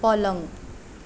पलङ